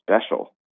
special